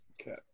Okay